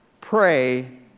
Pray